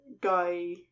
guy